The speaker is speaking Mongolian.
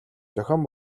зохион